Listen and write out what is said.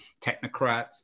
technocrats